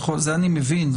זה אני מבין.